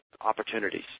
opportunities